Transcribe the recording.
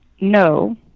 no